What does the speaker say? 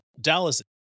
Dallas